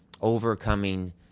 overcoming